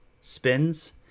spins